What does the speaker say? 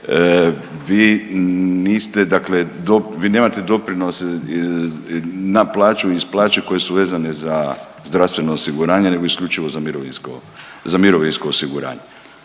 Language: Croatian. Vi niste dakle dop…, vi nemate doprinose na plaću iz plaće koje su vezane za zdravstveno osiguranje nego isključivo za mirovinsko, za